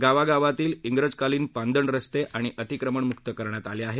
गावागावातील इंग्रजकालीन पांदन रस्ते अतिक्रमणमुक्त करण्यात आले आहेत